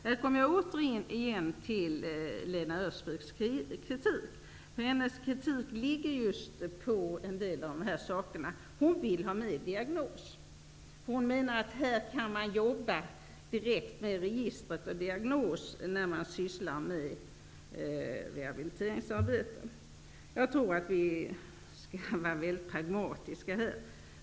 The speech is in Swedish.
Här kommer jag återigen till Lena Öhrsviks kritik. Hon kritiserar en del av dessa saker. Hon vill ha med diagnosen. Hon menar att man kan ha med diagnosen i registren när man arbetar med rehabilitering. Jag tror att vi skall vara mycket pragmatiska i detta fall.